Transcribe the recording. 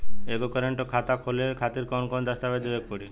एगो करेंट खाता खोले खातिर कौन कौन दस्तावेज़ देवे के पड़ी?